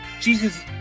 Jesus